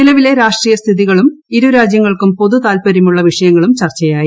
നിലവിലെ രാഷ്ടീയസ്ഥിതികളും ഇരുരാജൃങ്ങൾക്കും പൊതുതാൽപരൃമുള്ള വിഷയങ്ങളും ചർച്ചയായി